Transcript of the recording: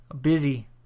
Busy